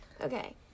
Okay